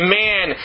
man